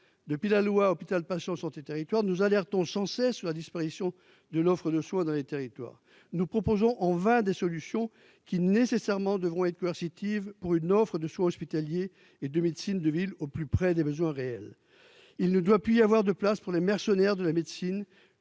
depuis la loi hôpital, patients, santé, territoires nous alertons Chancet sur la disparition de l'offre de soins dans les territoires, nous proposons, en vain, des solutions qui nécessairement devront être coercitive pour une offre de soin hospitalier et de médecine de ville au plus près des besoins réels, il ne doit plus y avoir de place pour les mercenaires de la médecine